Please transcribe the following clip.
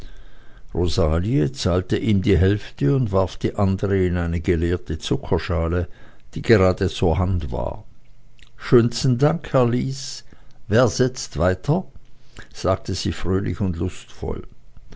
rosalie zahlte ihm die hälfte und warf die andere in eine geleerte zuckerschale die gerade zur hand war schönsten dank herr lys wer setzt weiter sagte sie fröhlich und